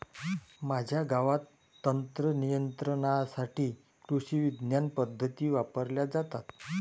माझ्या गावात तणनियंत्रणासाठी कृषिविज्ञान पद्धती वापरल्या जातात